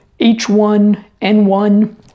H1N1